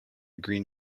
green